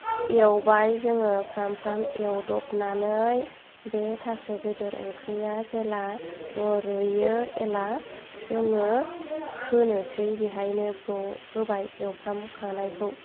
एवबाय जोङो फ्राम फ्राम एवदबनानै बे थास' बेदर ओंख्रिया जेब्ला रुइयो अब्ला जोङो होनोसै बेवहायनो ब्र' होबाय एवफ्रामखानायखौ